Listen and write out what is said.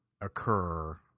occur